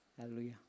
Hallelujah